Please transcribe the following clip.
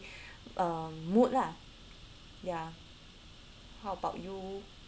um mood lah ya how about you